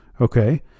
Okay